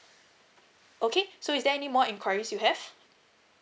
okay so is there any more enquiries you have